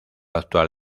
actual